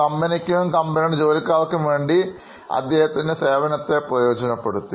കമ്പനിക്കും കമ്പനിയുടെ ജോലിക്കാർക്ക് വേണ്ടിയും അദ്ദേഹത്തിന് സേവനത്തെ പ്രയോജനപ്പെടുത്തി